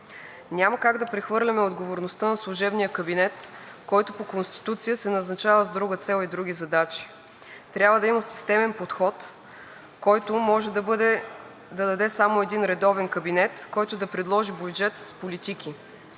Няма как да прехвърляме отговорността на служебния кабинет, който по Конституция се назначава с друга цел и други задачи. Трябва да има системен подход, който може да даде само един редовен кабинет, който да предложи бюджет с политики.